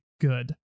good